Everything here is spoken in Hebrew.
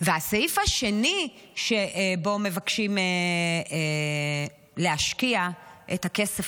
והסעיף השני שבו מבקשים להשקיע את הכסף